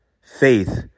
Faith